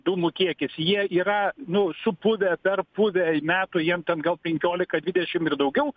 dūmų kiekis jie yra nu supuvę perpuvę metų jiem ten gal penkiolika dvidešim ir daugiau